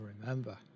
remember